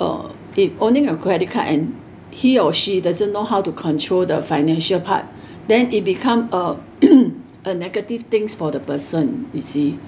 uh if owning a credit card and he or she doesn't know how to control the financial part then it become a a negative things for the person you see